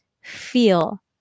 feel